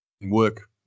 work